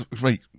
Right